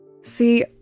See